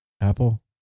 apple